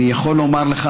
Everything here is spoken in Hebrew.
אני יכול לומר לך,